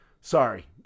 sorry